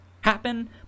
happen